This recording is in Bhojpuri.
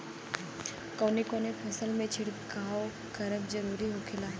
कवने कवने फसल में छिड़काव करब जरूरी होखेला?